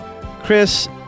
Chris